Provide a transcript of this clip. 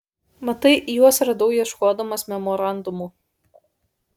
matai juos radau ieškodamas memorandumo